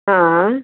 हा